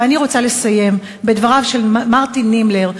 ואני רוצה לסיים בדבריו של מרטין נימלר,